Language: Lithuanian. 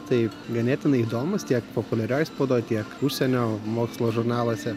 tai ganėtinai įdomūs tiek populiarioj spaudoj tiek užsienio mokslo žurnaluose